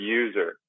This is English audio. user